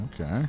Okay